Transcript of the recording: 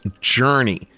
Journey